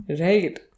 right